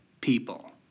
people